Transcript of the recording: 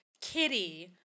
Kitty